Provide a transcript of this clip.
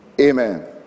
amen